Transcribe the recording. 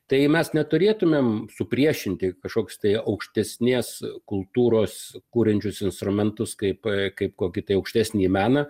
tai mes neturėtumėm supriešinti kažkoks tai aukštesnės kultūros kuriančius instrumentus kaip kaip kokį tai aukštesnįjį meną